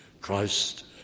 Christ